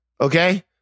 Okay